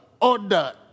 order